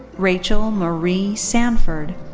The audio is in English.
rachel marie sanford.